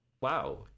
wow